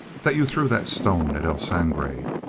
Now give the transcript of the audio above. that you threw that stone at el sangre.